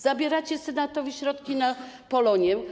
Zabieracie Senatowi środki na Polonię.